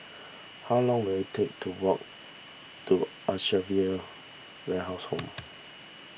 how long will it take to walk to well house Home